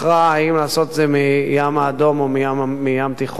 אם לעשות את זה מהים האדום או מהים התיכון.